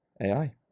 AI